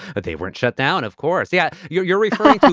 but they weren't shut down, of course. yeah. you're you're referring to